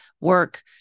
Work